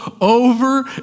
over